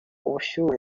ubushyuhe